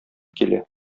килә